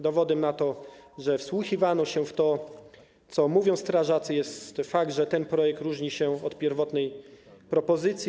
Dowodem na to, że wsłuchiwano się w to, co mówią strażacy, jest fakt, że ten projekt różni się od pierwotnej propozycji.